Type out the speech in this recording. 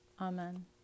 Amen